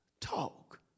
Talk